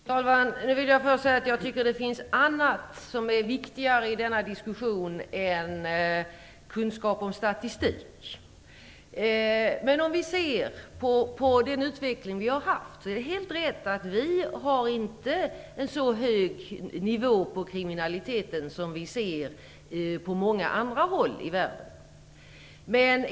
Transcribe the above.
Fru talman! Nu vill jag bara säga att jag tycker att det finns annat som är viktigare i denna diskussion än kunskap om statistik. Men det är helt rätt att vi inte har en så hög nivå på kriminaliteten som man har på många andra håll i världen.